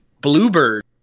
Bluebird